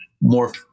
more